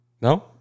No